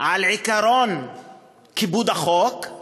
על עקרון כיבוד החוק,